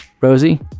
Rosie